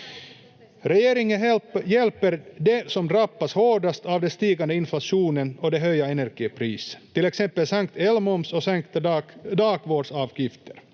Regeringen hjälper de som drabbas hårdast av den stigande inflationen och de höga energipriserna. Till exempel sänkt elmoms och sänkta dagvårdsavgifter.